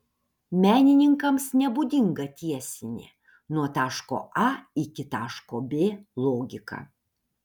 menininkams nebūdinga tiesinė nuo taško a iki taško b logika